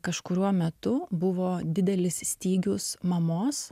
kažkuriuo metu buvo didelis stygius mamos